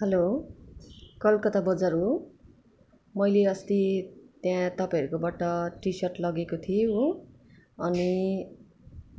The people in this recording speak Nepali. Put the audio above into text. हलो कलकत्ता बजार हो मैले अस्ति त्यहाँ तपाईँहरूकोबाट टिसर्ट लगेको थिएँ हो अनि